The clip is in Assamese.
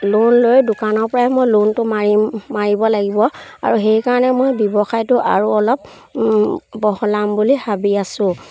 লোন লৈ দোকানৰ পৰাই মই লোনটো মাৰিম মাৰিব লাগিব আৰু সেইকাৰণে মই ব্যৱসায়টো আৰু অলপ বহলাম বুলি ভাবি আছোঁ